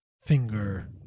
finger